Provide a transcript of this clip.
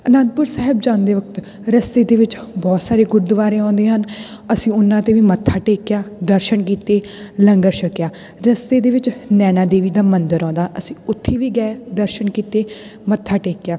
ਅਨੰਦਪੁਰ ਸਾਹਿਬ ਜਾਂਦੇ ਵਕਤ ਰਸਤੇ ਦੇ ਵਿੱਚ ਬਹੁਤ ਸਾਰੇ ਗੁਰਦੁਆਰੇ ਆਉਂਦੇ ਹਨ ਅਸੀਂ ਉਹਨਾਂ ਤੇ ਵੀ ਮੱਥਾ ਟੇਕਿਆ ਦਰਸ਼ਨ ਕੀਤੇ ਲੰਗਰ ਛਕਿਆ ਰਸਤੇ ਦੇ ਵਿੱਚ ਨੈਨਾ ਦੇਵੀ ਦਾ ਮੰਦਿਰ ਆਉਂਦਾ ਅਸੀਂ ਉੱਥੇ ਵੀ ਗਏ ਦਰਸ਼ਨ ਕੀਤੇ ਮੱਥਾ ਟੇਕਿਆ